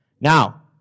Now